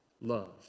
love